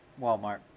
Walmart